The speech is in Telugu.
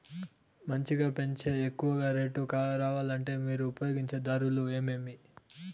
మంచిగా పెంచే ఎక్కువగా రేటు రావాలంటే మీరు ఉపయోగించే దారులు ఎమిమీ?